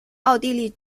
奥地利